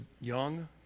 young